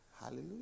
Hallelujah